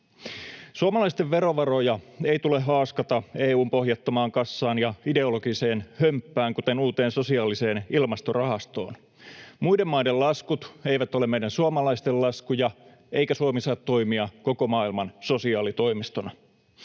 Suomalaisten verovaroja ei tule haaskata EU:n pohjattomaan kassaan ja ideologiseen hömppään, kuten uuteen sosiaaliseen ilmastorahastoon. Muiden maiden laskut eivät ole meidän suomalaisten laskuja, eikä Suomi saa toimia koko maailman sosiaalitoimistona.